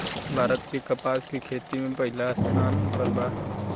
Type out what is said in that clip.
भारत के कपास के खेती में पहिला स्थान पर बा